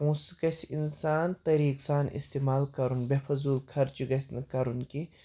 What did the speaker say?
پۅنٛسہٕ گَژھِ اِنسان طٔریٖقہٕ سان اِستعمال کَرُن بے فضوٗل خرچہٕ گَژھِ نہٕ کَرُن کیٚنٛہہ